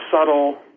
subtle